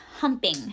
humping